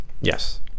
yes